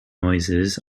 noises